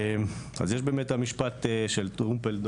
אז יש באמת את משפט טרומפלדור,